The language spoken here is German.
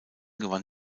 gewann